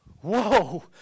whoa